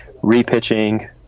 repitching